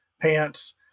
pants